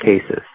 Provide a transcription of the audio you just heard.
cases